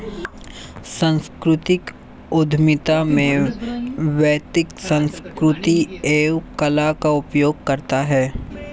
सांस्कृतिक उधमिता में व्यक्ति संस्कृति एवं कला का उपयोग करता है